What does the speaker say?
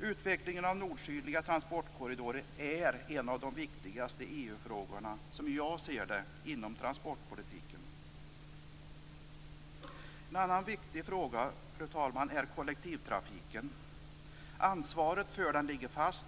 Utvecklingen av nord-sydliga transportkorridorer är, som jag ser det, en av de viktigaste EU-frågorna inom transportpolitiken. En annan viktig fråga, fru talman, är kollektivtrafiken. Ansvaret för den ligger fast.